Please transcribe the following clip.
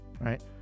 right